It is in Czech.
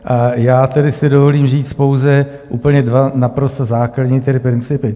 A já tedy si dovolím říct pouze úplně dva naprosto základní principy.